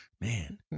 man